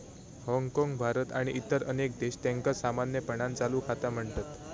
हाँगकाँग, भारत आणि इतर अनेक देश, त्यांका सामान्यपणान चालू खाता म्हणतत